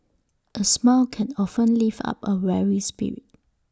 A smile can often lift up A weary spirit